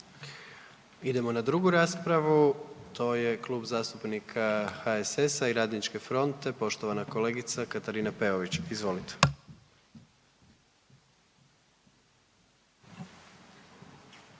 Idemo na drugu raspravu, to je Klub zastupnika HSS-a Radničke fronte, poštovana kolegica Katarina Peović. Izvolite.